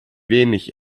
wenig